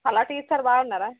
Latif sir బాగున్నారా